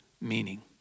meaning